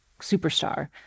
superstar